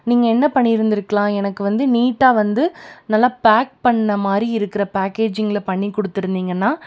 நீங்கள் என்ன பண்ணி இருந்துருக்கலாம் எனக்கு வந்து நீட்டாக வந்து நல்லா பேக் பண்ண மாதிரி இருக்கிற பேக்கேஜிங்ல் பண்ணி கொடுத்துருந்தீங்கன்னா